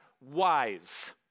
wise